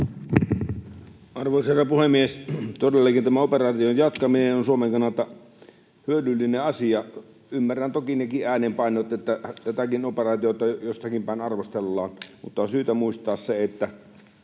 Arvoisa herra puhemies! Todellakin tämän operaation jatkaminen on Suomen kannalta hyödyllinen asia. Ymmärrän toki nekin äänenpainot, että joitakin operaatioita jostakin päin arvostellaan, mutta on syytä muistaa se, että